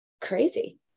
crazy